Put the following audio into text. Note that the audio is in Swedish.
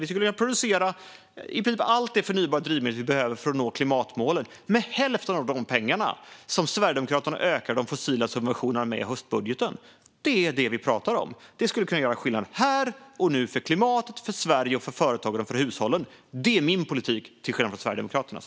Vi skulle kunna producera i princip allt det förnybara drivmedel vi behöver för att nå klimatmålen med hälften av de pengar som Sverigedemokraterna ökar de fossila subventionerna med i höstbudgeten. Det är det vi pratar om. Det skulle kunna göra skillnad här och nu för klimatet, för Sverige, för företagen och för hushållen. Det är min politik, till skillnad från Sverigedemokraternas.